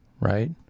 right